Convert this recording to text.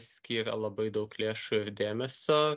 skyrė labai daug lėšų ir dėmesio